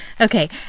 Okay